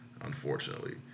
Unfortunately